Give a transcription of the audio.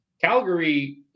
Calgary